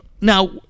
now